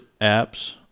apps